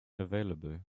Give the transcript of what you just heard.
available